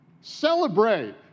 celebrate